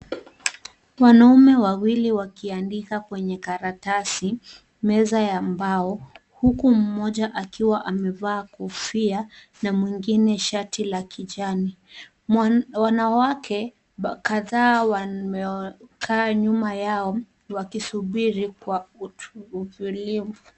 Wanaume wawili wakiandika kwenye karatasi, meza ya mbao huku mmoja akiwa amevaa kofia na mwingine shati la kijani. Wanawake kadhaa wamekaa nyuma yao wakisubiri kwa utulivu.